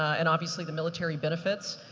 and obviously the military benefits.